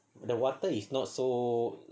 the water is not so